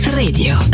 radio